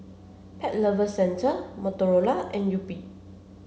Pet Lover Centre Motorola and Yupi